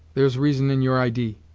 there's reason in your idee.